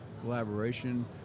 collaboration